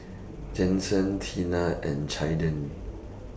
Jensen Teena and Caiden